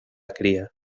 cría